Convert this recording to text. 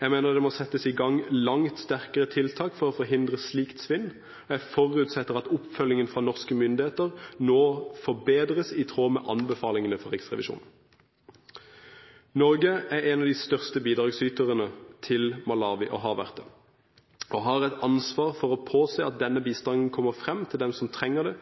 Jeg mener det må settes i gang langt sterkere tiltak for å forhindre slikt svinn. Jeg forutsetter at oppfølgingen fra norske myndigheter nå forbedres i tråd med anbefalingene fra Riksrevisjonen. Norge er og har vært en av de største bidragsyterne til Malawi og har et ansvar for å påse at denne bistanden kommer frem til dem som trenger det,